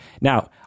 now